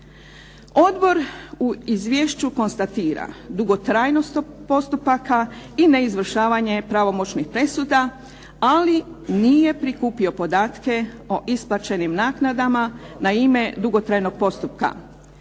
Odbor u izvješću konstatira dugotrajnost postupaka i neizvršavanje pravomoćnih presuda ali nije prikupio podatke o isplaćenim naknadama na ime dugotrajnog postupka.